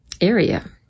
area